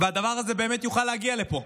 והדבר הזה באמת יוכל להגיע לפה.